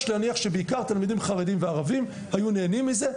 יש להניח שבעיקר תלמידים חרדים וערבים היו נהנים מזה.